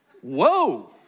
Whoa